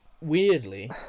Weirdly